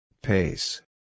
Pace